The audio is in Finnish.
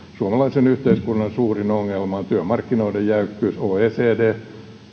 suomalaisen yhteiskunnan suurin ongelma on työmarkkinoiden jäykkyys oecd